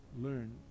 learn